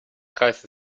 kreis